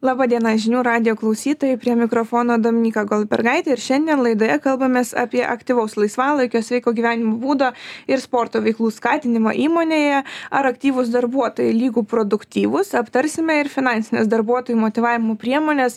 laba diena žinių radijo klausytojai prie mikrofono dominyka goldbergaitė ir šiandien laidoje kalbamės apie aktyvaus laisvalaikio sveiko gyvenimo būdo ir sporto veiklų skatinimą įmonėje ar aktyvūs darbuotojai lygu produktyvūs aptarsime ir finansines darbuotojų motyvavimo priemones